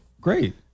Great